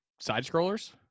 side-scrollers